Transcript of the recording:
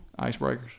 icebreakers